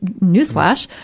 newsflash!